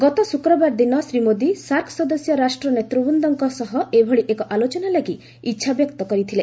ଗତ ଶୁକ୍ରବାର ଦିନ ଶ୍ରୀ ମୋଦି ସାର୍କ ସଦସ୍ୟ ରାଷ୍ଟ୍ର ନେତୃବୃନ୍ଦଙ୍କ ସହ ଏଭଳି ଏକ ଆଲୋଚନା ଲାଗି ଇଚ୍ଛାବ୍ୟକ୍ତ କରିଥିଲେ